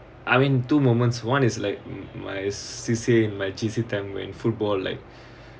I mean two moments one is like m~ my C_C_A and my J_C time when football like